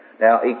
Now